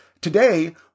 today